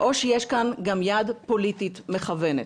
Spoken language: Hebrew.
או שיש כאן גם יד פוליטית מכוונת.